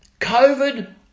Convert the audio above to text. COVID